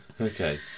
Okay